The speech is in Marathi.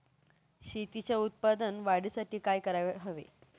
शेतीच्या उत्पादन वाढीसाठी काय करायला हवे?